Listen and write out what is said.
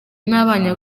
n’abana